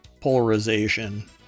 polarization